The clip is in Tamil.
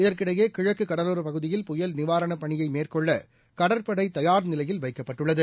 இதற்கிடையே கிழக்கு கடலோரப் பகுதியில் புயல் நிவாரணப் பணியை மேற்கொள்ள கடற்படை தயார் நிலையில் வைக்கப்பட்டுள்ளது